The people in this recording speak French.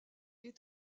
est